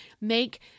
make